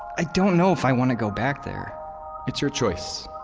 i don't know if i want to go back there it's your choice.